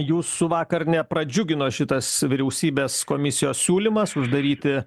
jūsų vakar nepradžiugino šitas vyriausybės komisijos siūlymas uždaryti